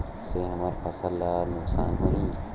से हमर फसल ला नुकसान होही?